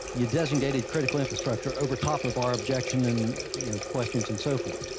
you designate the critical infrastructure over top of our objection and you know questions and so forth.